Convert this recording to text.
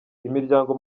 imiryango